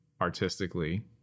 artistically